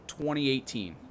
2018